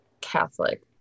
Catholic